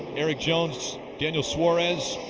erik jones, daniel suarez,